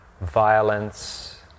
violence